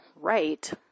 right